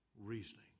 reasoning